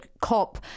COP